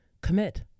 Commit